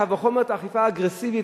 קל וחומר את האכיפה האגרסיבית,